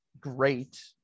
great